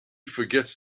forgets